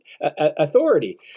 authority